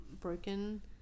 broken